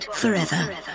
Forever